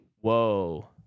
whoa